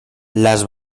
las